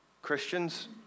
Christians